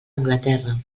anglaterra